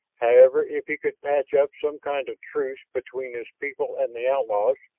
however, if he could patch up some kind of truce between his people and the outlaws,